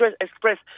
express